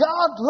God